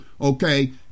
Okay